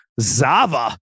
Zava